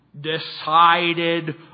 decided